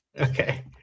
Okay